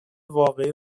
واقعی